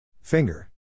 Finger